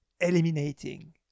eliminating